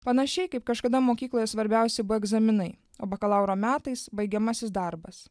panašiai kaip kažkada mokykloje svarbiausi buvo egzaminai o bakalauro metais baigiamasis darbas